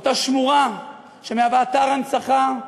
אותה שמורה שמהווה אתר הנצחה,